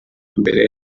iyambere